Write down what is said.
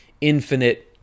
infinite